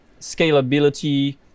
scalability